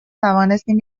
توانستیم